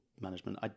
management